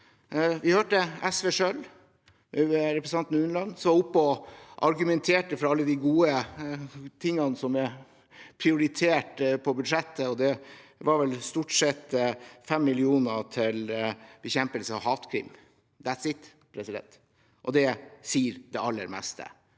Vi hørte SV selv, representanten Sjalg Unneland, var oppe og argumenterte for alle de gode tingene som er prioritert i budsjettet. Det var vel stort sett 5 mill. kr til bekjempelse av hatkrim. «That’s it» – og det sier det aller meste.